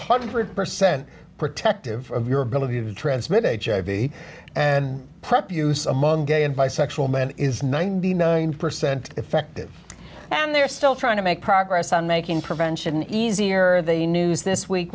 hundred percent protective of your ability to transmit a hiv and prepuce among gay and bisexual men is ninety nine percent effective and they're still trying to make progress on making prevention easier the news this week